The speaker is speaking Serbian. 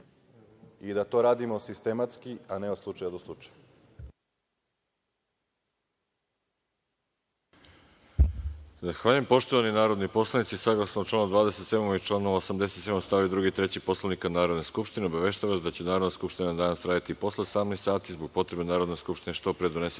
i da to radimo sistematski, a ne od slučaja do slučaja.